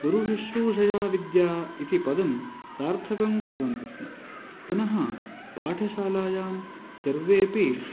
गुरुशुष्रूषया विद्या इति पदं सार्थकं कुर्वन्तिस्म पुनः पाठशालायां सर्वेऽपि